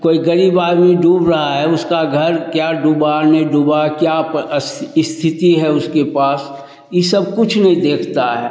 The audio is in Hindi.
कोई ग़रीब आदमी डूब रहा है उसका घर क्या डूबा नहीं डूबा क्या इस स्थिति है उसके पास यह सब कुछ नहीं देखते हैं